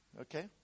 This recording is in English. Okay